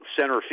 center